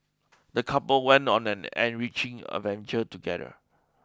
the couple went on an enriching adventure together